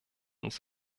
uns